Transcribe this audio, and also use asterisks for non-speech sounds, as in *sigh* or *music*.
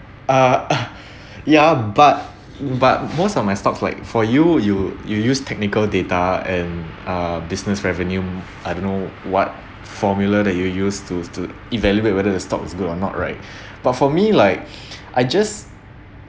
err uh *breath* yeah but but most of my stocks like for you you you use technical data and uh business revenue I don't know what formula that you use to to evaluate whether the stock is good or not right *breath* but for me like *breath* I just